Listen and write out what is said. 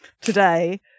today